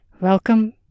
Welcome